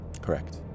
Correct